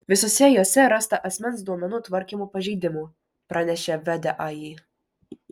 visose jose rasta asmens duomenų tvarkymo pažeidimų pranešė vdai